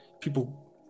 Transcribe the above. People